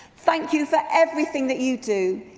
thank you for everything that you do.